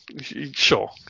Sure